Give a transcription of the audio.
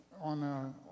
on